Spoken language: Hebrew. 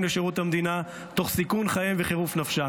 לשירות המדינה תוך סיכון חייהם וחירוף נפשם.